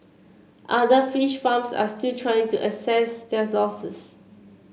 other fish farms are still trying to assess their losses